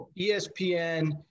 ESPN